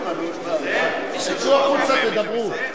תצאו החוצה, תדברו.